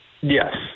yes